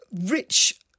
rich